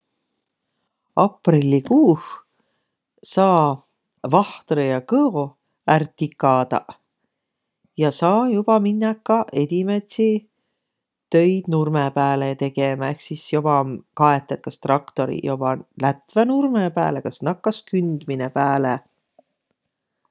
Aprilikuuh saa vahtrõ ja kõo ärq tikadaq ja saa joba minnäq ka edimätsi töid nurmõ pääle tegemä, ehk sis joba, kaet, et kas traktoriq joba lätväq nurmõ pääle, kas nakkas kündmine pääle.